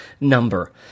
number